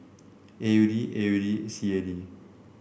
A U D A U D C A D